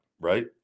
Right